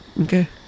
okay